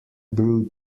brew